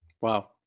wow